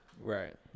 Right